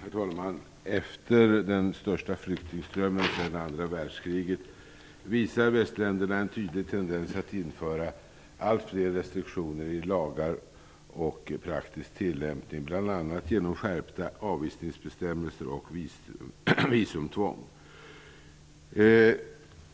Herr talman! Efter den största flyktingströmmen sedan andra världskriget visar västländerna en tydlig tendens att införa allt fler restriktioner i lagar och praktisk tillämpning, bl.a. genom skärpta avvisningsbestämmelser och visumtvång.